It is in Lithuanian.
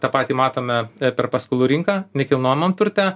tą patį matome per paskolų rinką nekilnojamam turte